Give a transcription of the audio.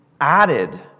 added